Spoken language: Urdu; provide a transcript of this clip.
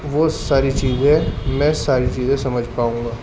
وہ ساری چیزیں میں ساری چیزیں سمجھ پاؤں گا